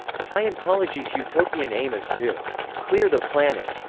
scientology's utopian aim is to clear the planet,